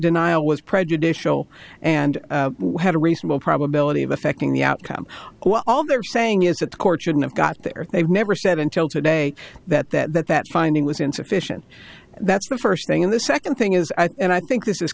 denial was prejudicial and had a reasonable probability of affecting the outcome all they're saying is that the court shouldn't have got there they've never said until today that that that finding was insufficient that's the first thing in the second thing is and i think this